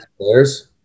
players